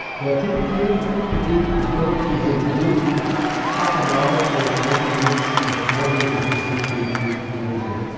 they are typically people who don't even do half an hour or twenty minutes of moderate intensity activity every day,